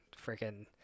freaking